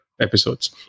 episodes